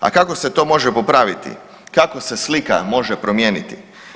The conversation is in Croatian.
A kako se to može popraviti, kako se slika može promijeniti?